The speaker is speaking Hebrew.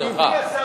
בשמחה.